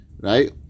Right